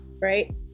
right